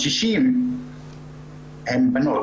היו בנות.